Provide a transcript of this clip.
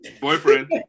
boyfriend